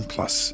Plus